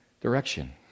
direction